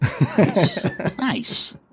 Nice